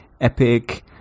epic